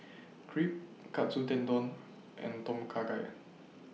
Crepe Katsu Tendon and Tom Kha Gai